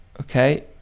okay